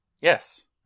Yes